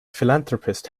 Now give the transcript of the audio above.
philanthropist